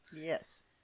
Yes